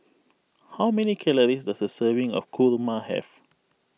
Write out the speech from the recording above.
how many calories does a serving of kurma have